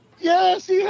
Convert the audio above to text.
Yes